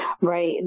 Right